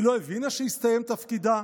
היא לא הבינה שהסתיים תפקידה?"